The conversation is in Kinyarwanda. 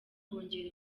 kongera